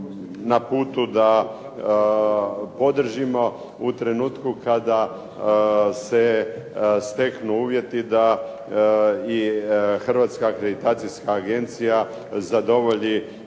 na putu da podržimo u trenutku kada se steknu uvjeti da i Hrvatska akreditacijska agencija zadovolji